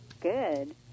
good